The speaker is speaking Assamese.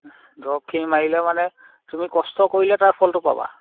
দৰৱখিনি মাৰিলে মানে তুমি কষ্ট কৰিলে তাৰ ফলটো পাবা